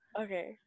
Okay